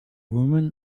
woman